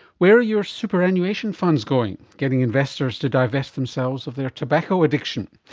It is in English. where are your superannuation funds going? getting investors to divest themselves of their tobacco addiction.